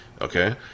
Okay